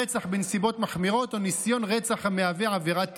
רצח בנסיבות מחמירות או ניסיון רצח המהווה עבירת טרור,